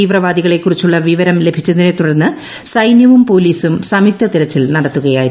തീവ്രവാദികളെ കുറിച്ചുള്ള വിവരം ലഭിച്ചതിനെ തുടർന്ന് സൈന്യവും പൊലീസും സംയുക്ത തിരച്ചിൽ നടത്തുകയായിരുന്നു